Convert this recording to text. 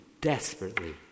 desperately